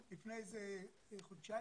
לפני כחודשיים,